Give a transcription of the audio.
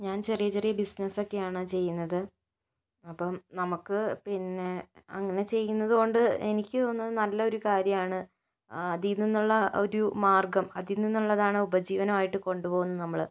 ഞാൻ ചെറിയ ചെറിയ ബിസിനസ്സൊക്കെയാണ് ചെയ്യുന്നത് അപ്പോൾ നമുക്ക് പിന്നെ അങ്ങനെ ചെയ്യുന്നതുകൊണ്ട് എനിക്ക് തോന്നുന്നത് നല്ലൊരു കാര്യമാണ് അതിൽനിന്നുള്ള ഒരു മാർഗ്ഗം അതിൽ നിന്നുള്ളതാണ് ഉപജീവനമായിട്ട് കൊണ്ടുപോകുന്നത് നമ്മള്